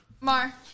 Mar